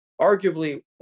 arguably